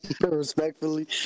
Respectfully